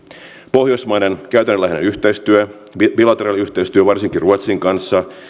pohjoismainen käytännönläheinen yhteistyö bilateraali yhteistyö varsinkin ruotsin kanssa